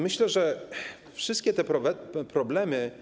Myślę, że wszystkie te problemy.